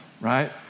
Right